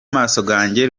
masogange